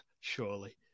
surely